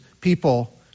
people